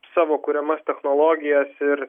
savo kuriamas technologijos ir